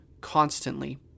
constantly